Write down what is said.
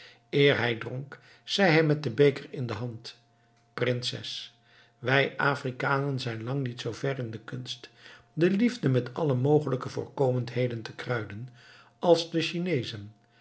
hij dronk zei hij met den beker in de hand prinses wij afrikanen zijn lang niet zoo ver in de kunst de liefde met alle mogelijke voorkomendheden te kruiden als de chineezen